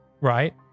right